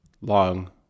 long